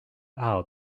out